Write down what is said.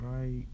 right